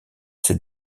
s’est